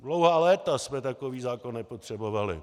Dlouhá léta jsme takový zákon nepotřebovali.